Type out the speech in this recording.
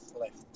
Left